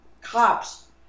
cops